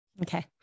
Okay